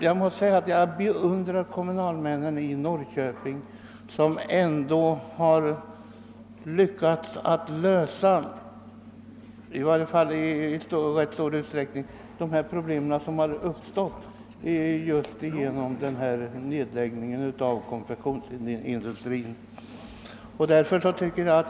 Jag beundrar emellertid kommunalmännen i Norrköping, som i varje fall i ganska stor utsträckning lyckats lösa de problem som uppstått genom den ak tuella nedläggningen av konfektionsindustrin.